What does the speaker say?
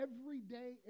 everyday